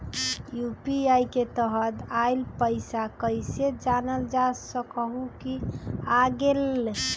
UPI के तहत आइल पैसा कईसे जानल जा सकहु की आ गेल?